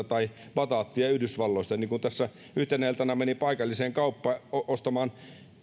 tai bataattia yhdysvalloista kun tässä yhtenä iltana menin paikalliseen kauppaan ostamaan